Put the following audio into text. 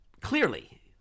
clearly